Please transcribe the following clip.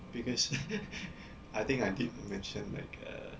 because I think I did mention like uh